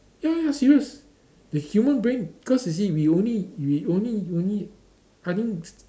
ya ya serious the human brain cause you see we only we only only I think